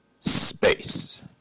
Space